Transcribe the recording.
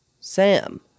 Sam